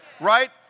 Right